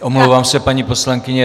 Omlouvám se, paní poslankyně.